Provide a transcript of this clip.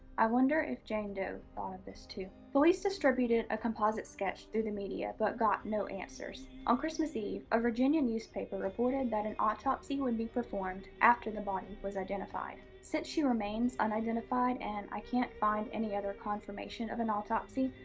i wonder if jane doe thought of this too. police distributed a composite sketch through the media but still got no answers. on christmas eve, a virginia newspaper reported an autopsy would be performed after the body was identified. since she remains unidentified and i can't find any other confirmation of an autopsy,